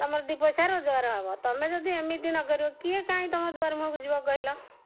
ତମର ଦୁଇ ପଇସା ରୋଜଗାର ହବ ତମେ ଯଦି ଏମିତି ନ କରିବ କିଏ କାଇଁ ତମ ଦୁଆର ମୁହଁକୁ ଯିବ କହିଲ